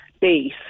base